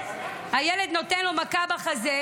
הילד נותן לו מכה בחזה,